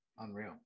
Unreal